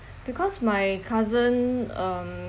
because my cousin um